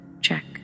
Check